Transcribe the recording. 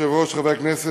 אדוני היושב-ראש,